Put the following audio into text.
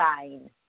sign